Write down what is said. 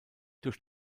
durch